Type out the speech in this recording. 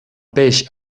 peix